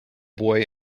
boy